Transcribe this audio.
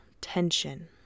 tension